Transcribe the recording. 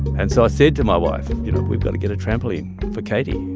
and so i said to my wife, you know, we've got to get a trampoline for katie.